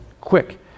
quick